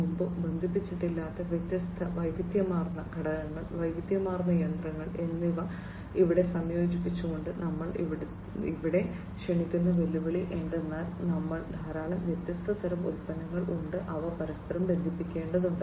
മുമ്പ് ബന്ധിപ്പിച്ചിട്ടില്ലാത്ത വ്യത്യസ്ത വൈവിധ്യമാർന്ന ഘടകങ്ങൾ വൈവിധ്യമാർന്ന യന്ത്രങ്ങൾ എന്നിവ ഇവിടെ സംയോജിപ്പിച്ചുകൊണ്ട് ഞങ്ങൾ ഇവിടെ ക്ഷണിക്കുന്ന വെല്ലുവിളി എന്തെന്നാൽ ഞങ്ങൾക്ക് ധാരാളം വ്യത്യസ്ത തരം ഉൽപ്പന്നങ്ങൾ ഉണ്ട് അവ പരസ്പരം ബന്ധിപ്പിക്കേണ്ടതുണ്ട്